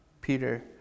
Peter